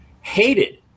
hated